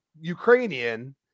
Ukrainian